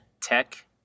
tech